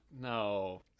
no